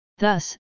Thus